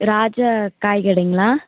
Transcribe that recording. ராஜா காய் கடைங்களா